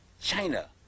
China